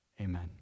amen